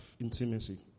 intimacy